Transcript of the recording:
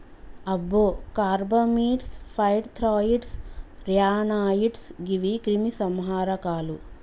అబ్బో carbamates, pyrethroids, ryanoids గీవి క్రిమి సంహారకాలు